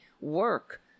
work